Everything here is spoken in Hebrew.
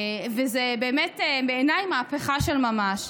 וזו באמת בעיניי מהפכה של ממש.